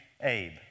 Abe